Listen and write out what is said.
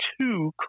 two